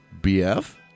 BF